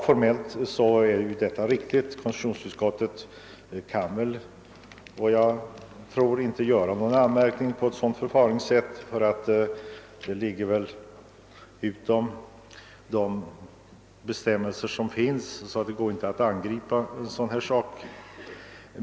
Formellt är detta riktigt. Konstitutionsutskottet kan väl inte rikta någon anmärkning mot ett sådant förfaringssätt; det tas inte upp i de bestämmelser som finns, och det går väl därför inte att angripa.